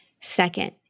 Second